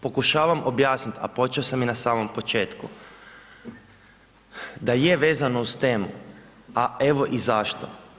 Pokušavam objasniti, a počeo sam i na samom početku, da je vezano uz temu, a evo i zašto.